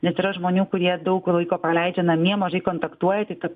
nes yra žmonių kurie daug laiko praleidžia namie mažai kontaktuoja tai